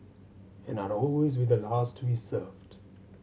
and I'd always be the last to be served